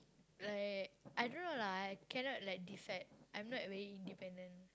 like I don't know lah I cannot like decide I'm not very independent